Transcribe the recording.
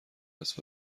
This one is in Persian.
است